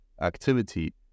activity